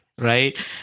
right